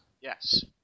Yes